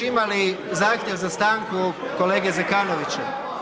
imali zahtjev za stanku kolege Zekanovića.